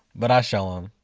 but i show him.